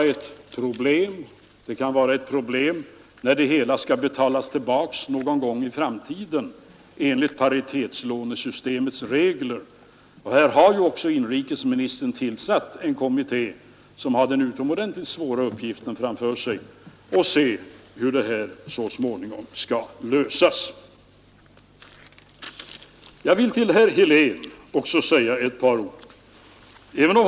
Detta kan vara ett problem när det hela skall betalas tillbaka någon gång i framtiden enligt paritetslånesystemets regler. Här har också inrikesministern tillsatt en kommitté, som har den utomordentligt svåra uppgiften framför sig att se hur problemet så småningom skall lösas. Jag vill också säga ett par ord till herr Helén.